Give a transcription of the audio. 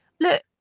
look